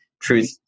Truth